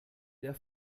der